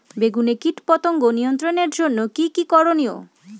বেগুনে কীটপতঙ্গ নিয়ন্ত্রণের জন্য কি কী করনীয়?